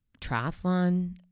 triathlon